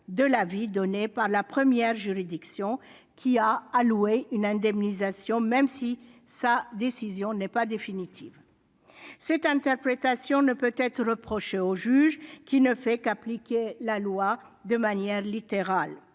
de l'avis donné par la première juridiction qui a alloué une indemnisation, même si sa décision n'est pas définitive. Cette interprétation ne peut être reprochée au juge, qui ne fait qu'appliquer la loi de manière littérale.